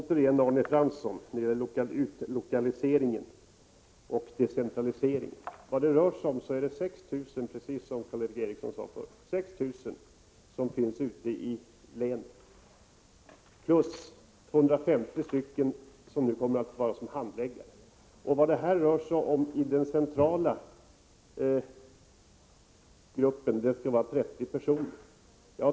Herr talman! När det gäller utlokalisering och decentralisering vill jag säga till Arne Fransson att det här är fråga om 6 000 anställda, som Karl Erik Eriksson sade, ute i länen plus 250 personer som kommer att tjänstgöra som handläggare. I den centrala myndigheten skall det finnas 30 anställda.